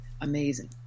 amazing